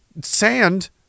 Sand